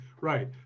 Right